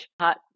hot